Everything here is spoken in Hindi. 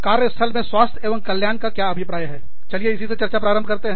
चलिए कार्य स्थल में स्वास्थ्य एवं कल्याण का क्या अभिप्राय है इससे चर्चा प्रारंभ करते हैं